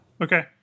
Okay